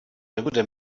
nebude